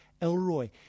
Elroy